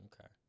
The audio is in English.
Okay